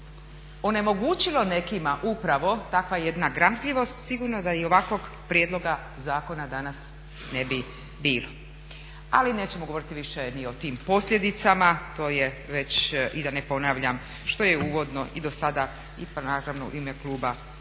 onemogućilo nekima upravo takva jedna gramzljivost sigurno da i ovakvog prijedloga zakona danas ne bi bilo. Ali nećemo govoriti više ni o tim posljedicama, to je već, i da ne ponavljam što je i uvodno i dosada i naravno u ime kluba rečeno,